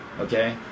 okay